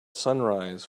sunrise